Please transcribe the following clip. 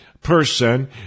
person